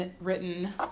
written